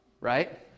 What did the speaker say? right